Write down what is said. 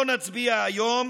לא נצביע היום,